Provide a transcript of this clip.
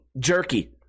jerky